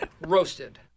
Roasted